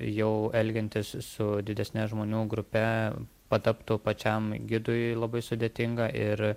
jau elgiantis su didesne žmonių grupe pataptų pačiam gidui labai sudėtinga ir